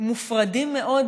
מופרדים מאוד